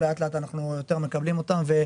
לאט לאט אנחנו יותר מקבלים אותם.